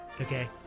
okay